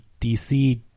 DC